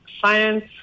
science